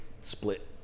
split